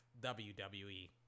WWE